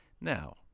Now